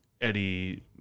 Eddie